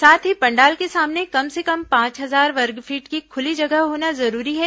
साथ ही पंडाल के सामने कम से कम पांच हजार वर्गफीट की खुली जगह होना जरूरी है